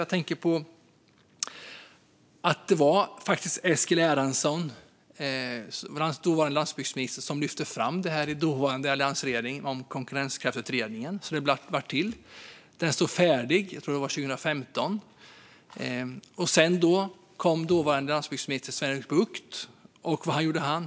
Jag tänker på att det faktiskt var Eskil Erlandsson, dåvarande landsbygdsministern, som lyfte fram det här i dåvarande alliansregeringen, och så blev Konkurrenskraftsutredningen till. Den stod färdig 2015. Sedan kom nästa landsbygdsminister Sven-Erik Bucht, och vad gjorde han?